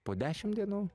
po dešimt dienų